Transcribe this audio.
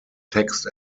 text